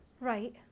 Right